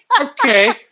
okay